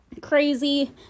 crazy